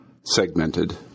segmented